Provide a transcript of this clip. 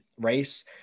race